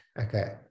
Okay